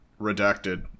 Redacted